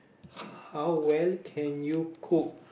how well can you cook